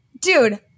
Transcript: Dude